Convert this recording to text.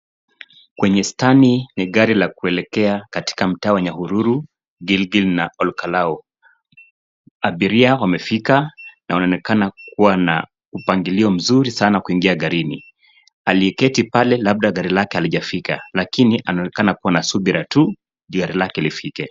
Kwenye stani ni gari lakuelekea katika mtaa wa Nyahururu Gilgil na Olkakalau. Abiria pia wamefika na wanaonekana kuwa na mpangilio mzuri sana wa kuingia garini. Akiyeketi pale labda gari lake halijafika lakini anaonekana kuwa na subira tu gari lake lifike.